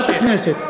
חברת הכנסת,